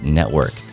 network